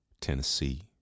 Tennessee